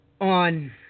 on